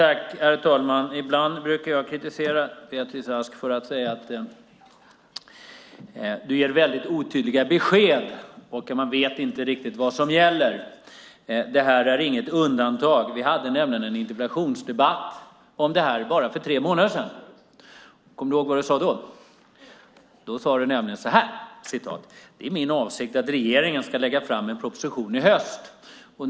Herr talman! Ibland brukar jag kritisera Beatrice Ask för att hon ger väldigt otydliga besked. Man vet inte riktigt vad som gäller. Det här är inget undantag. Vi hade nämligen en interpellationsdebatt om detta för bara tre månader sedan. Kommer du ihåg vad du sade då? Då sade du så här: Det är min avsikt att regeringen ska lägga fram en proposition i höst.